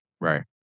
Right